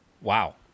Wow